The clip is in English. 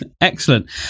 excellent